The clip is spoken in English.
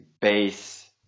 base